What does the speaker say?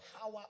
power